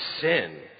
sin